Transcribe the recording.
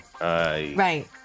right